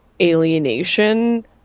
alienation